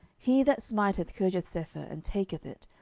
he that smiteth kirjathsepher, and taketh it,